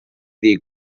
ddi